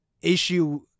issue